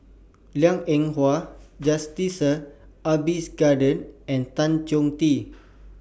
Liang Eng Hwa Jacintha Abisheganaden and Tan Choh Tee